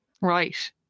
right